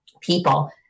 people